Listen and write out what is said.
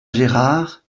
gérard